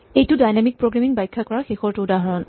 এইটো dynamic programming ব্যাখ্যা কৰাৰ শেষৰটো উদাহৰণ